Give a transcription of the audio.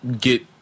get